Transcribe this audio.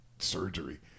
surgery